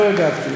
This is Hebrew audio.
לא הגבתי.